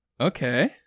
okay